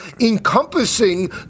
encompassing